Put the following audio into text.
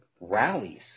rallies